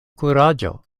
kuraĝo